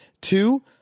Two